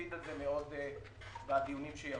להפיץ את זה מאוד בדיונים שיבואו.